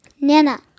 Nana